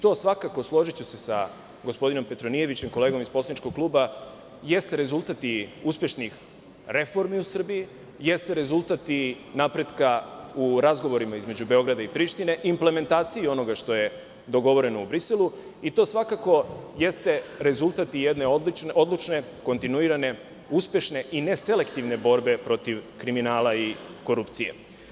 To svakako, složiću se sa gospodinom Petronijevićem, kolegom iz poslaničkog kluba, jeste rezultat i uspešnih reformi u Srbiji, jeste rezultat i napretka u razgovorima između Beograda i Prištine, implementaciji onoga što je dogovoreno u Briselu i to svakako jeste rezultat i jedne odlučne, kontinuirane, uspešne i neselektivne borbe protiv kriminala i korupcije.